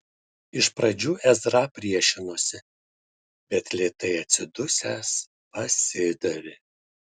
iš pradžių ezra priešinosi bet lėtai atsidusęs pasidavė